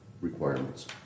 requirements